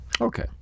okay